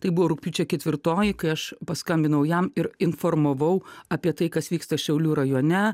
tai buvo rugpjūčio ketvirtoji kai aš paskambinau jam ir informavau apie tai kas vyksta šiaulių rajone